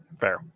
Fair